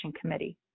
Committee